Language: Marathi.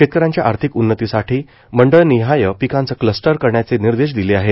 शेतकऱ्यांच्या आर्थिक उन्नतीसाठी मंडळनिहाय पिकांचं क्लस्टर करण्याचे निर्देश दिले आहे